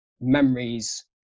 memories